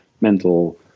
mental